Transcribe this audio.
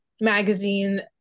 magazine